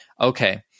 okay